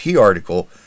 article